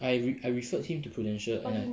I re~ I referred him to prudential !aiya!